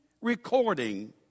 recording